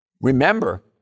remember